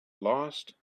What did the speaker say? lost